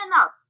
enough